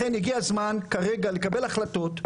לכן הגיע הזמן כרגע לקבל החלטות.